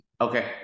okay